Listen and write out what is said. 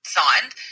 signed